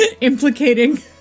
Implicating